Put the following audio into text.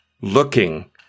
looking